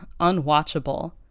unwatchable